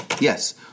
Yes